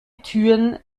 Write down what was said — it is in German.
türen